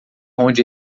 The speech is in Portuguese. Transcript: onde